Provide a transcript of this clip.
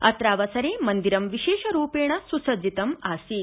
अत्रावसरे मन्दिरं विशेषरूपेण सुसज्जितम् आसीत्